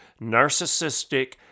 narcissistic